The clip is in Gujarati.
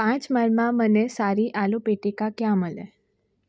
પાંચ માઈલમાં મને સારી આલુ પેટીકા ક્યાં મળે